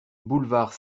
boulevard